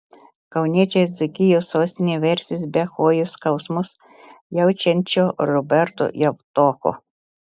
kauniečiai dzūkijos sostinėje versis be kojos skausmus jaučiančio roberto javtoko